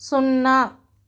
సున్నా